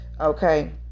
okay